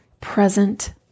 present